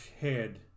head